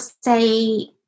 say